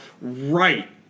right